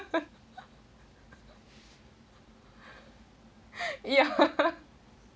ya